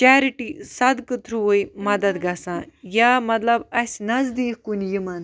charity صدقہٕ تھرووٕے مدد گَژھان یا مطلب اَسہِ نزدیک کُنہِ یِمَن